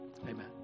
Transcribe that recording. amen